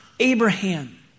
Abraham